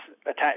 attached